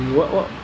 like